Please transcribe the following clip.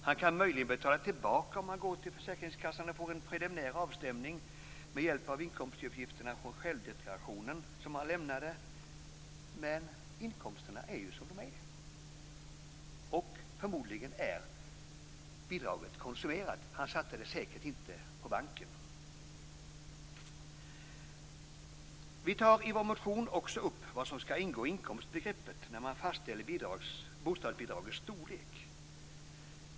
Han kan möjligen betala tillbaka om han går till försäkringskassan och får en preliminär avstämning med hjälp inkomstuppgifterna från självdeklarationen som han lämnat, men inkomsterna är ju som de är. Och förmodligen är bidraget konsumerat. Han satte det säkert inte på banken. I vår motion tar vi också upp vad som skall ingå i inkomstbegreppet när man fastställer bostadsbidragets storlek.